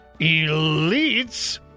elites